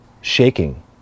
shaking